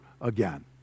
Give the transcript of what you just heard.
again